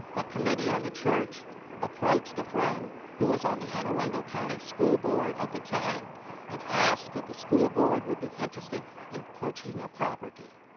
a committee on the church approached a friend who was on the anne arundel county school board at the time and asked if the school board would be interested in purchasing the property.